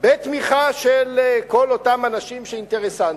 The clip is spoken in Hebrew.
בתמיכה של כל אותם אנשים אינטרסנטים,